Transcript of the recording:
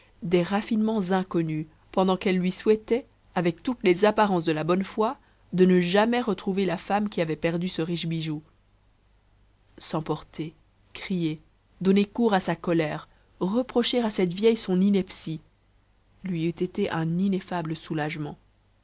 des raffinements inconnus pendant qu'elle lui souhaitait avec toutes les apparences de la bonne foi de ne jamais retrouver la femme qui avait perdu ce riche bijou s'emporter crier donner cours à sa colère reprocher à cette vieille son ineptie lui eût été un ineffable soulagement